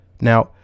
Now